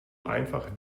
einfach